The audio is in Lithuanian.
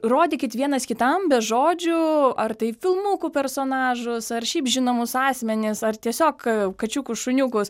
rodykit vienas kitam be žodžių ar tai filmukų personažus ar šiaip žinomus asmenis ar tiesiog kačiukus šuniukus